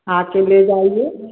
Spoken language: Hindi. आके ले जाइए